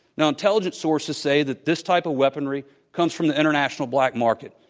now intelligence sources say that this type of weaponry comes from the international black market.